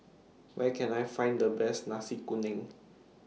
Where Can I Find The Best Nasi Kuning